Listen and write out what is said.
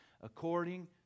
according